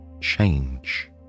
change